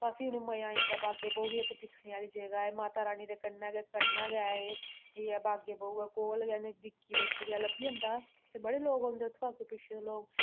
पर फ्ही उनें मज़ा आई जंदा बागे ए बहू बी इक दिक्खने आह्ली जगह् ऐ माता रानी दे कन्नै गै कन्नै गै एह् एह् ऐ बाग ए बहू ऐ कोल गै एह् नजदीकी बिच्च गै लब्भी जंदा ते बड़े लोक औंदे उत्थूं दा अग्गूं पिच्छूं दा लोक